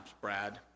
Brad